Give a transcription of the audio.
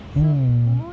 mm